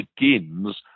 begins